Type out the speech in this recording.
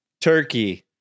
Turkey